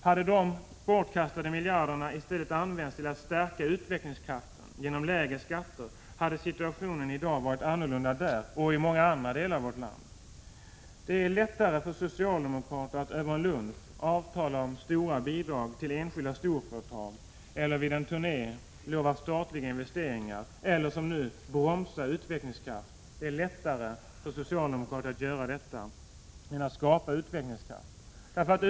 Hade de bortkastade miljarderna i stället använts till att stärka utvecklingskraften genom lägre skatter, hade situationen i dag varit annorlunda där och i många andra delar av vårt land. Det är lättare för socialdemokrater att över lunch avtala om stora bidrag till enskilda storföretag eller vid en turné lova statliga investeringar eller, som nu, bromsa utvecklingskraft än att skapa utvecklingskraft.